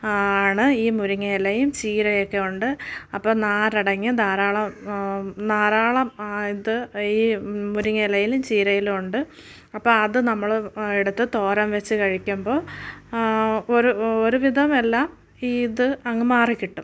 ആണ് ഈ മുരിങ്ങ ഇലയും ചീരയൊക്കെ ഉണ്ട് അപ്പം നാര് അടങ്ങിയ ധാരാളം ധാരാളം ഇത് ഈ മുരിങ്ങ ഇലയിലും ചീരയിലും ഉണ്ട് അപ്പം അത് നമ്മൾ എടുത്ത് തോരൻ വെച്ച് കഴിക്കുമ്പം ഒരു ഒരു വിധം എല്ലാം ഇത് അങ്ങ് മാറി കിട്ടും